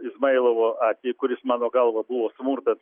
izmailovo atvejį kuris mano galva buvo smurtas